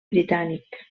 britànic